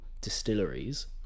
distilleries